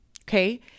okay